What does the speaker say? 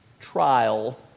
Trial